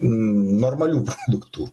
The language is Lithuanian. normalių produktų